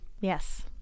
Yes